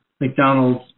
McDonald's